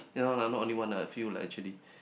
yea loh no only one lah few lah actually